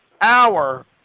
hour